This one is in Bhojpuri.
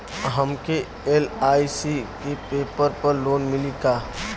हमके एल.आई.सी के पेपर पर लोन मिली का?